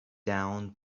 down